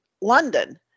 London